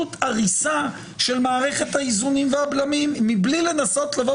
פשוט הריסה של מערכת האיזונים והבלמים מבלי לנסות לבוא